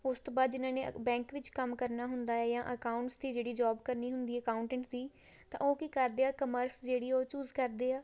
ਉਸ ਤੋਂ ਬਾਅਦ ਜਿਨ੍ਹਾਂ ਨੇ ਬੈਂਕ ਵਿੱਚ ਕੰਮ ਕਰਨਾ ਹੁੰਦਾ ਹੈ ਜਾਂ ਅਕਾਊਂਟਸ ਦੀ ਜਿਹੜੀ ਜੋਬ ਕਰਨੀ ਹੁੰਦੀ ਹੈ ਅਕਾਊਟੈਂਟ ਦੀ ਤਾਂ ਉਹ ਕੀ ਕਰਦੇ ਆ ਕਮਰਸ ਜਿਹੜੀ ਉਹ ਚੂਜ਼ ਕਰਦੇ ਆ